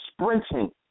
sprinting